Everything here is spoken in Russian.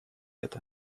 это